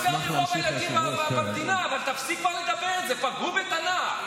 כאילו מישהו פגע בתנ"ך.